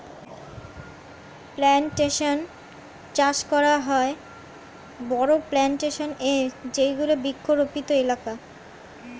plantation চাষ করা হয় বড়ো প্লানটেশন এ যেগুলি বৃক্ষরোপিত এলাকা